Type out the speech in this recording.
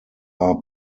are